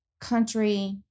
country